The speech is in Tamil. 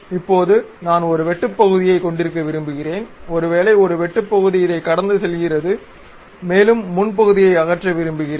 இப்போது நான் ஒரு வெட்டுப் பகுதியைக் கொண்டிருக்க விரும்புகிறேன் ஒருவேளை ஒரு வெட்டுப் பகுதி இதைக் கடந்து செல்கிறது மேலும் முன் பகுதியை அகற்ற விரும்புகிறேன்